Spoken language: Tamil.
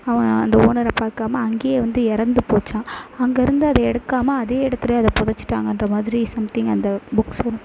அவ அந்த ஓனரை பார்க்காம அங்கேயே வந்து இறந்து போச்சாம் அங்கேருந்து அதை எடுக்காம அதே இடத்துல அதை புதச்சிட்டாங்கன்ற மாதிரி சம்திங் அந்த புக்ஸ்